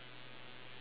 okay